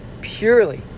purely